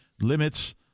limits